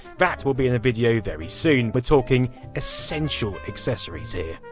that will be in a video very soon. we're talking essential accessories here.